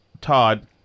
Todd